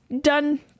Done